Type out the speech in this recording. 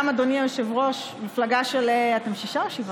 גם אדוני היושב-ראש, אתם שישה או שבעה?